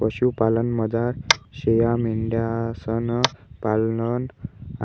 पशुपालनमझार शेयामेंढ्यांसनं पालन